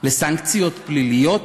סנקציות פליליות?